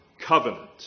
covenant